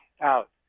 out